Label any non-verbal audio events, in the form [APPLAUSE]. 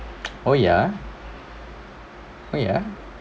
[NOISE] oh ya oh ya